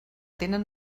tenen